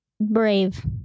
brave